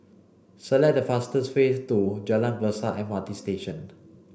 select the fastest way to Jalan Besar M R T Station